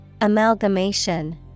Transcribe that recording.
Amalgamation